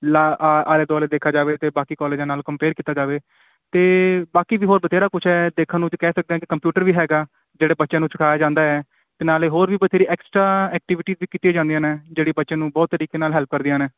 ਲਾ ਆ ਆਲੇ ਦੁਆਲੇ ਦੇਖਿਆ ਜਾਵੇ ਅਤੇ ਬਾਕੀ ਕੋਲੇਜਾਂ ਨਾਲ ਕੰਪੇਅਰ ਕੀਤਾ ਜਾਵੇ ਤਾਂ ਬਾਕੀ ਵੀ ਹੋਰ ਬਥੇਰਾ ਕੁਛ ਹੈ ਦੇਖਣ ਨੂੰ ਜੇ ਕਹਿ ਸਕਦੇ ਕਿ ਕੰਪਿਊਟਰ ਵੀ ਹੈਗਾ ਜਿਹੜੇ ਬੱਚਿਆਂ ਨੂੰ ਸਿਖਾਇਆ ਜਾਂਦਾ ਹੈ ਅਤੇ ਨਾਲੇ ਹੋਰ ਵੀ ਬਥੇਰੀ ਐਕਸਟਰਾ ਐਕਟੀਵਿਟੀਸ ਵੀ ਕੀਤੀਆਂ ਜਾਂਦੀਆਂ ਨੇ ਜਿਹੜੀ ਬੱਚੇ ਨੂੰ ਬਹੁਤ ਤਰੀਕੇ ਨਾਲ ਹੈਲਪ ਕਰਦੀਆਂ ਨੇ